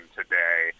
today